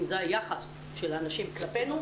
אם זה היחס של האנשים כלפינו,